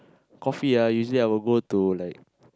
coffee ah usually I will go to like